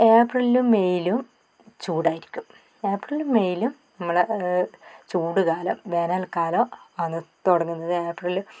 ഏപ്രിലും മെയിലും ചൂടായിരിക്കും ഏപ്രിലും മെയിലും നമ്മുടെ ചൂട് കാലം വേനൽക്കാലം ആന്ന് തുടങ്ങുന്നത് ഏപ്രില്